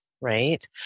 right